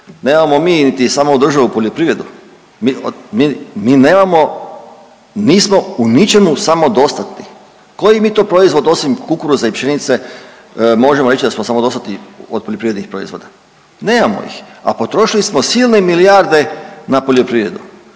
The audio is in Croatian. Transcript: Nemamo mi niti samoodrživu poljoprivredu. Mi nemamo, nismo u ničemu samodostatni. Koji bi to proizvod osim kukuruza i pšenice možemo reći da smo samodostatni od poljoprivrednih proizvoda? Nemamo ih, a potrošili smo silne milijarde na poljoprivredu.